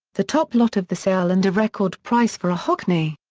the top lot of the sale and a record price for a hockney.